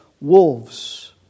wolves